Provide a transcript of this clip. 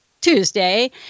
Tuesday